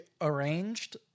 arranged